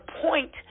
point